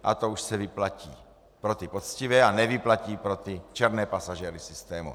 A to už se vyplatí pro ty poctivé a nevyplatí pro ty černé pasažéry systému.